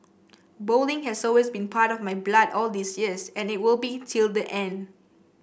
bowling has always been part of my blood all these years and it will be till the end